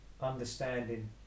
understanding